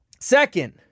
second